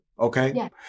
okay